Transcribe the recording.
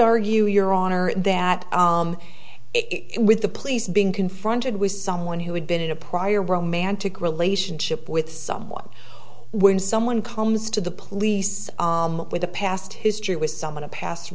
argue your honor that it with the police being confronted with someone who had been in a prior romantic relationship with someone when someone comes to the police with a past history with someone a past